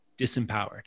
disempowered